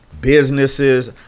businesses